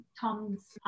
Tom's